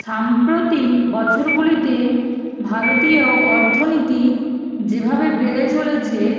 সাম্প্রতিক বছরগুলিতে ভারতীয় অর্থনীতি যেভাবে বেড়ে চলেছে